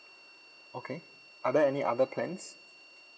okay are there any other plans